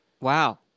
Wow